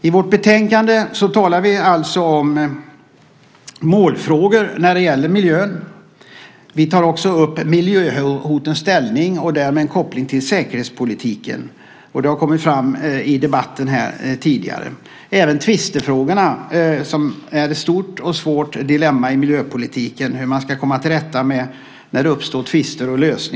I vårt betänkande talar vi om målfrågor när det gäller miljön. Vi tar också upp miljöhotens ställning och gör därmed en koppling till säkerhetspolitiken, vilket har kommit fram i debatten tidigare. Vi tar upp tvistefrågorna - det är ett stort och svårt dilemma i miljöpolitiken hur man ska komma till rätta med och lösa de tvister som uppstår.